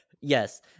Yes